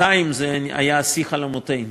200 זה היה שיא חלומותינו.